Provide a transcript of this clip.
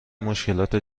مشکلات